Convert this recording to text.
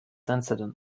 incident